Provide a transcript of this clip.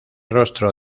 rostro